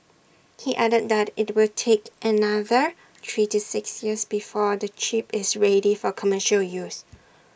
he added that IT will take another three to six years before the chip is ready for commercial use